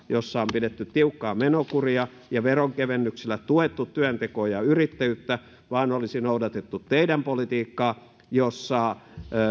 jossa on pidetty tiukkaa menokuria ja veronkevennyksillä tuettu työntekoa ja yrittäjyyttä vaan olisi noudatettu teidän politiikkaanne jossa